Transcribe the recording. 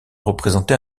représenter